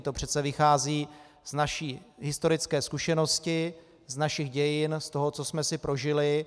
To přece vychází z naší historické zkušenosti, z našich dějin, z toho, co jsme si prožili.